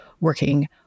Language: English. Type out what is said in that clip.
working